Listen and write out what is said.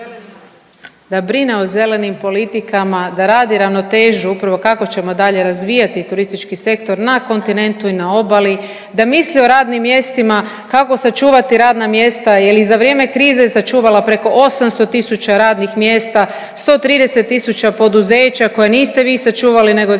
da brine o zelenim politikama, da radi ravnotežu upravo kako ćemo dalje razvijati turistički sektor na kontinentu i na obali, da misli o radnim mjestima kako sačuvati radna mjesta jel i za vrijeme krize sačuvala preko 800.000 radnih mjesta, 130.000 poduzeća koja niste vi sačuvali nego je sačuvala